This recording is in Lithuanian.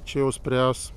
čia jau spręs